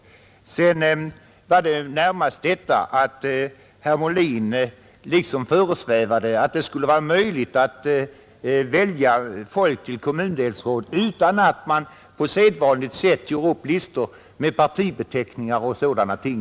Vad jag sedan syftade på var närmast detta, att det tycktes föresväva herr Molin att det skulle vara möjligt att välja folk till medlemmar av kommundelsråd utan att man på sedvanligt sätt gör upp listor med partibeteckningar och sådana ting.